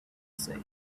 said